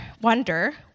wonder